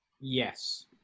Yes